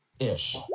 Ish